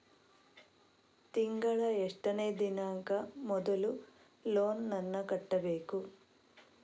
ತಿಂಗಳ ಎಷ್ಟನೇ ದಿನಾಂಕ ಮೊದಲು ಲೋನ್ ನನ್ನ ಕಟ್ಟಬೇಕು?